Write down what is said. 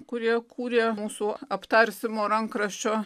kurie kūrė mūsų aptarsimo rankraščio